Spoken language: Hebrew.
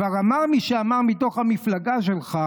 כבר אמר מי שאמר מתוך המפלגה שלך